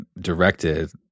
directed